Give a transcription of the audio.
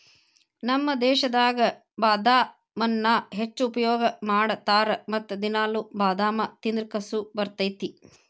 ನಮ್ಮ ದೇಶದಾಗ ಬಾದಾಮನ್ನಾ ಹೆಚ್ಚು ಉಪಯೋಗ ಮಾಡತಾರ ಮತ್ತ ದಿನಾಲು ಬಾದಾಮ ತಿಂದ್ರ ಕಸು ಬರ್ತೈತಿ